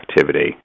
activity